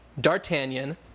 D'Artagnan